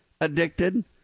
addicted